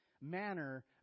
manner